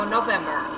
November